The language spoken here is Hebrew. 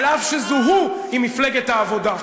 אף-על-פי שזוהו עם מפלגת העבודה,